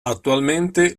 attualmente